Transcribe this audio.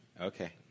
Okay